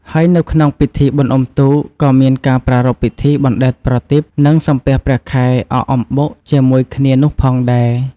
ហើយនៅក្នុងពិធីបុណ្យអ៊ំុទូក ក៏មានការប្រារព្ធពិធី បណ្តែតប្រទីប និងសំពះព្រះខែ អកអំបុកជាមួយគ្នានោះផងដែរ។